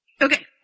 Okay